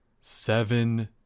Seven